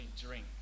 drink